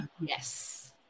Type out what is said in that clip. Yes